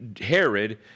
Herod